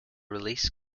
release